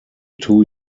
two